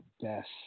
best